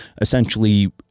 essentially